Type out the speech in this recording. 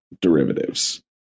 derivatives